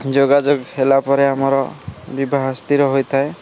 ଯୋଗାଯୋଗ ହେଲାପରେ ଆମର ବିବାହ ସ୍ଥିର ହୋଇଥାଏ